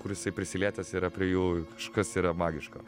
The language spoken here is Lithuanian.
kur jisai prisilietęs yra prie jų kažkas yra magiško